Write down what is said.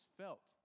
felt